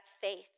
faith